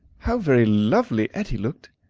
how very lovely etty looked,